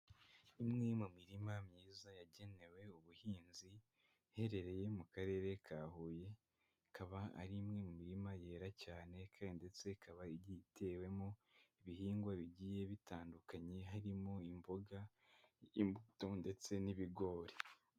Imwe mu mirima myiza yagenewe ubuhinzi iherereye mu karere ka huye ikaba ari imwe mu mirima yera cyane kandi ndetse ikaba igitewemo ibihingwa bigiye bitandukanye harimo imboga, imbuto ndetse n'ibigori.